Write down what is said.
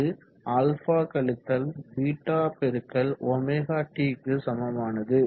அது α βωt க்கு சமமானது